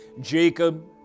Jacob